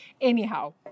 Anyhow